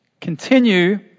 Continue